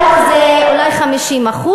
זה בכל, מדעי הרוח זה אולי 50%,